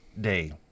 day